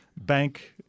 bank